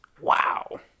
Wow